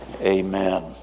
amen